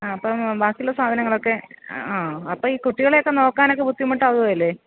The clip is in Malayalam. ആ അപ്പം ബാക്കിയുള്ള സാധനങ്ങളൊക്കെ ആ അപ്പം ഈ കുട്ടികളെയൊക്കെ നോക്കാനൊക്കെ ബുദ്ധിമുട്ടാവുകയില്ലേ